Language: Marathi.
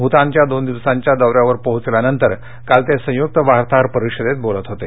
भूतानच्या दोन दिवसांच्या दौऱ्यावर पोहोचल्यानंतर काल ते संयुक्त वार्ताहर परिषदेत बोलत होते